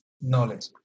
knowledge